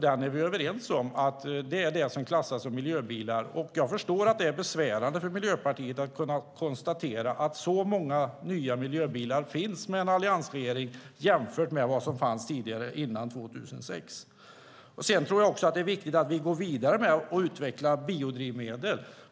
Vi är överens om att de ska klassas som miljöbilar. Jag förstår att det är besvärande för Miljöpartiet att kunna konstatera att det finns så många nya miljöbilar med en alliansregering jämfört med vad som fanns tidigare, före 2006. Det är också viktigt att vi går vidare och utvecklar biodrivmedel.